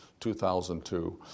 2002